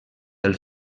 del